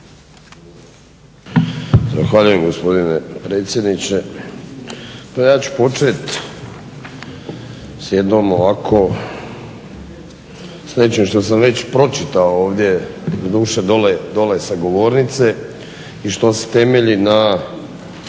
Zahvaljujem, gospodine potpredsjedniče. Pa ja ću počet s nečim što sam već pročitao ovdje, doduše dole sa govornice i što se temelji na